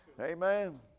Amen